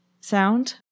sound